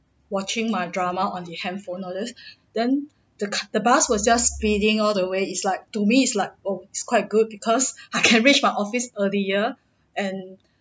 watching my drama on the handphone all this then the ca~ the bus was just speeding all the way is like to me it's like oh it's quite good because I can reach my office earlier and